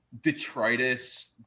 detritus